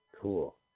Cool